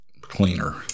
cleaner